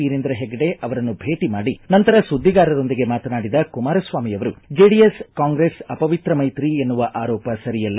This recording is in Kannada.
ವೀರೇಂದ್ರ ಹೆಗ್ಗಡೆ ಅವರನ್ನು ಭೇಟಿ ಮಾಡಿ ನಂತರ ಸುದ್ದಿಗಾರರೊಂದಿಗೆ ಮಾತನಾಡಿದ ಕುಮಾರಸ್ವಾಮಿ ಅವರು ಜೆಡಿಎಸ್ ಕಾಂಗ್ರೆಸ್ ಅಪವಿತ್ರ ಮೈತ್ರಿ ಎನ್ನುವ ಆರೋಪ ಸರಿಯಲ್ಲ